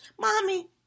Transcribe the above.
mommy